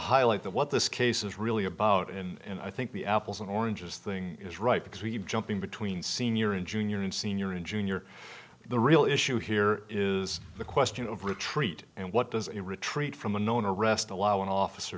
highlight that what this case is really about and i think the apples and oranges thing is right because we jumping between senior and junior and senior in junior the real issue here is the question of retreat and what does a retreat from unknown arrest allow an officer